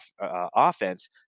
offense